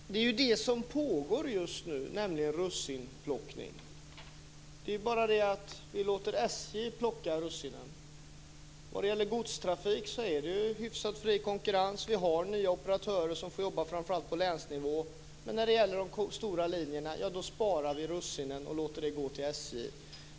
Fru talman! Det är ju det som pågår just nu, nämligen russinplockning. Det är bara det att vi låter SJ plocka russinen. Vad gäller godstrafiken är det hyfsat fri konkurrens. Vi har nya operatörer som får jobba framför allt på länsnivå. Men när det gäller de stora linjerna - ja, då sparar vi russinen och låter dem gå till SJ.